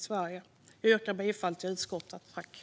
Jag yrkar bifall till utskottets förslag.